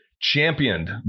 championed